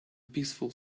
peaceful